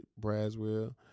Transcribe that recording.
Braswell